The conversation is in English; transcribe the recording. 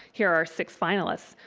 here are our six finalists.